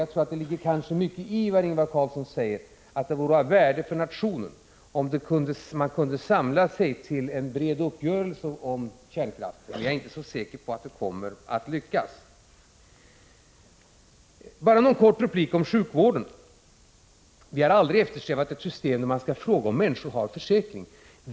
Jag tror att det ligger mycket i vad Ingvar Carlsson säger, att det vore av värde för nationen om man kunde samla sig till en bred uppgörelse om kärnkraften, men jag är inte så säker på att det kommer att lyckas. Bara en kort replik om sjukvården. Vi har aldrig eftersträvat ett system där man skall fråga människor om de har försäkring.